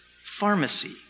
pharmacy